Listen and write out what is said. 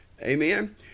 Amen